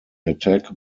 attack